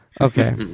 Okay